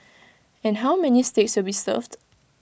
and how many steaks will served